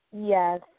Yes